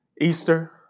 Easter